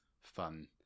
fun